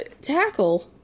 tackle